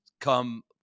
come